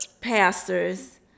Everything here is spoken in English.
pastors